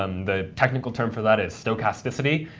um the technical term for that is stochasticity,